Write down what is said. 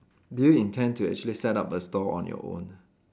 do you intend to actually set up a store on your own